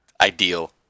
ideal